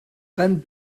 kan